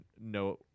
no